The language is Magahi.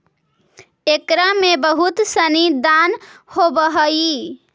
एकरा में बहुत सनी दान होवऽ हइ